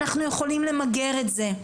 אנחנו יכולים למגר את זה.